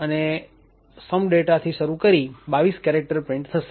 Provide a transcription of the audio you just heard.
અને some dataથી શરુ કરી 22 કેરેક્ટર્સ પ્રિન્ટ થશે